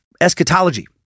eschatology